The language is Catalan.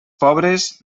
pobres